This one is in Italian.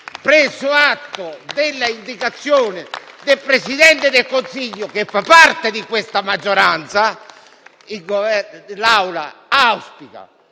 preso atto della indicazione del Presidente del Consiglio - che fa parte di questa maggioranza - l'Assemblea auspica